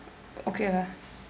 okay lah